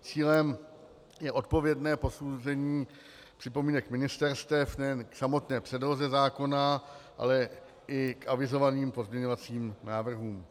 Cílem je odpovědné posouzení připomínek ministerstev nejen k samotné předloze zákona, ale i k avizovaným pozměňovacím návrhům.